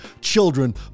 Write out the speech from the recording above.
children